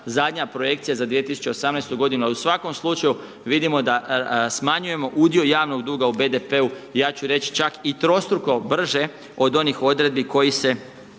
zadnja projekcija za 2018. godinu a u svakom slučaju vidimo da smanjujemo udio javnog duga u BDP-u, ja ću reći čak i trostruko brže od onih odredbi koje se